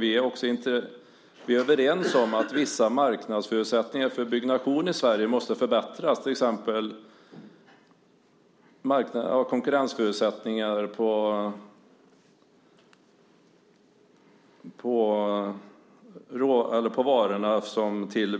Vi är överens om att vissa marknadsförutsättningar för byggnation i Sverige måste förbättras, till exempel konkurrensförutsättningarna för